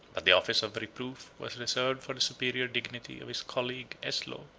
but the office of reproof was reserved for the superior dignity of his colleague eslaw,